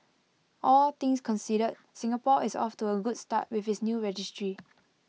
all things considered Singapore is off to A good start with its new registry